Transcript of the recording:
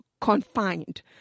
confined